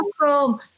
welcome